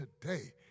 today